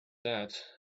that